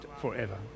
forever